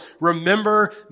remember